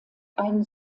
einen